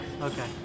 Okay